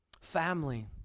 family